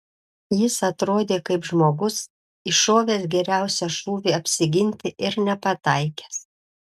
jis atrodė kaip žmogus iššovęs geriausią šūvį apsiginti ir nepataikęs